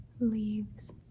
leaves